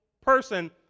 person